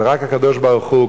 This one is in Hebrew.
ורק הקדוש-ברוך-הוא,